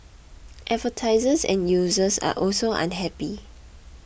advertisers and users are also unhappy